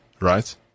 right